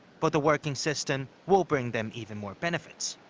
but the working system will bring them even more benefits.